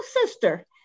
sister